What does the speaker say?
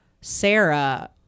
Sarah